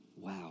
Wow